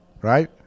right